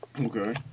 Okay